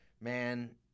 man